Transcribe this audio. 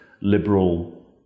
liberal